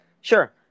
Sure